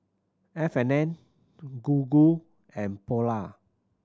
F and N Gogo and Polar